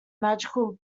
magical